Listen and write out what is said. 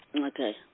Okay